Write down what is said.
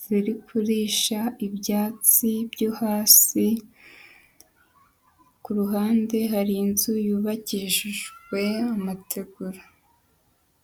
ziri kurisha ibyatsi byo hasi, ku ruhande hari inzu yubakishijwe amategura.